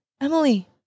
Emily